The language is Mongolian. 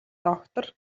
доктор